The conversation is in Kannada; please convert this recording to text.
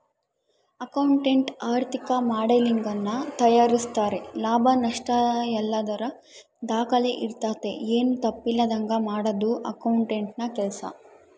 ಅಕೌಂಟೆಂಟ್ ಆರ್ಥಿಕ ಮಾಡೆಲಿಂಗನ್ನ ತಯಾರಿಸ್ತಾರೆ ಲಾಭ ನಷ್ಟಯಲ್ಲದರ ದಾಖಲೆ ಇರ್ತತೆ, ಏನು ತಪ್ಪಿಲ್ಲದಂಗ ಮಾಡದು ಅಕೌಂಟೆಂಟ್ನ ಕೆಲ್ಸ